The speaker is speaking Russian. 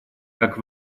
как